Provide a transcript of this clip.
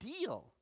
deal